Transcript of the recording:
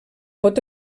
pot